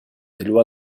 تلو